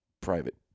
private